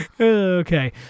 Okay